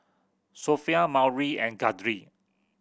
Sophia Maury and Guthrie